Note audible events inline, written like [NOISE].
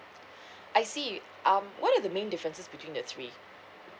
[BREATH] I see um what are the main differences between the three